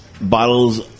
bottles